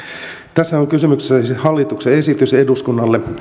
tässä on kysymyksessä siis hallituksen esitys eduskunnalle